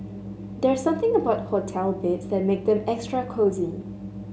there's something about hotel beds that make them extra cosy